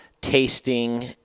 tasting